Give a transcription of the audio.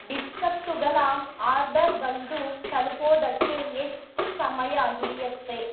ಬಿಸ್ಕತ್ತುಗಳ order ಬಂದು ತಲುಪೋದಕ್ಕೆ ಎಷ್ಟು ಸಮಯ ಹಿಡಿಯುತ್ತೆ